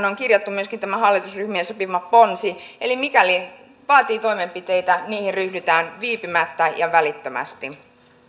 on kirjattu myöskin tämä hallitusryhmien sopima ponsi eli mikäli tämä vaatii toimenpiteitä niihin ryhdytään viipymättä ja välittömästi